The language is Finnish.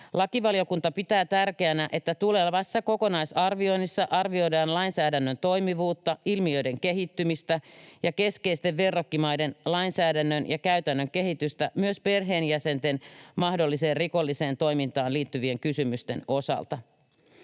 Lakivaliokunta pitää tärkeänä, että tulevassa kokonaisarvioinnissa arvioidaan lainsäädännön toimivuutta, ilmiöiden kehittymistä ja keskeisten verrokkimaiden lainsäädännön ja käytännön kehitystä myös perheenjäsenten mahdolliseen rikolliseen toimintaan liittyvien kysymysten osalta.